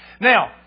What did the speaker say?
Now